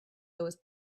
those